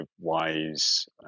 Wise